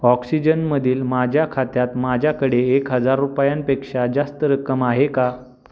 ऑक्सिजनमधील माझ्या खात्यात माझ्याकडे एक हजार रुपयांपेक्षा जास्त रक्कम आहे का